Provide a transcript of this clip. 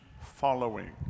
following